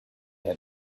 had